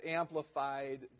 amplified